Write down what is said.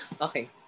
Okay